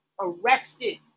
arrested